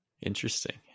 Interesting